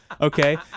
okay